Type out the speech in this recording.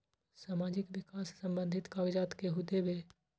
समाजीक विकास संबंधित कागज़ात केहु देबे?